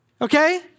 Okay